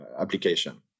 application